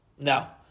Now